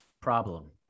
problem